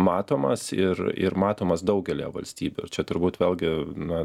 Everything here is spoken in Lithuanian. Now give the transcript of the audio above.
matomas ir ir matomas daugelyje valstybių čia turbūt vėlgi na